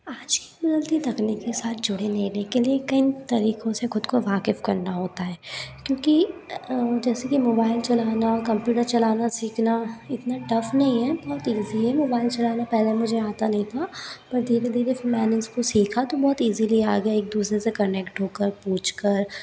आज की बदलती तकनीकी साथ जुड़े नही लेकिन ये किन तरीकों से खुद को वाकिफ करना होता है क्योंकि जैसे कि मोबाइल कम्प्यूटर चलाना सीखना इतना टफ नहीं है बहुत ईज़ी है मोबाइल चलाना पहले मुझे आता नहीं था पर धीरे धीरे फिर मैंने इसको सीखा तो बहुत ईज़िली आ गया एक दूसरे से कनेक्ट होकर पूछकर